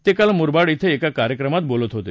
ते काल मुरबाड क्वें एका कार्यक्रमात बोलत होते